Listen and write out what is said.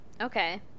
Okay